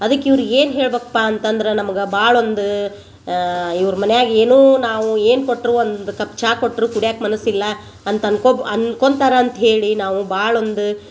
ಅದಕ್ಕೆ ಇವ್ರು ಏನು ಹೇಳ್ಬೇಕಪ್ಪಾ ಅಂತ ಅಂದ್ರೆ ನಮ್ಗೆ ಭಾಳ ಒಂದು ಇವ್ರ ಮನ್ಯಾಗ ಏನು ನಾವು ಏನು ಕೊಟ್ಟರು ಒಂದು ಕಪ್ ಚಾ ಕೊಟ್ಟರೂ ಕುಡ್ಯಾಕ ಮನಸಿಲ್ಲ ಅಂತ ಅನ್ಕೊಬೊ ಅನ್ಕೊಳ್ತಾರ ಅಂತ್ಹೇಳಿ ನಾವು ಭಾಳ ಒಂದು